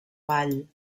vall